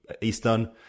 Eastern